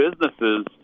businesses